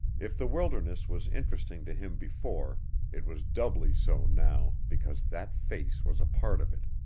if the wilderness was interesting to him before it was doubly so now because that face was a part of it,